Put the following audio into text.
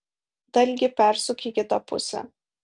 dalgį persuk į kitą pusę